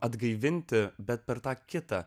atgaivinti bet per tą kitą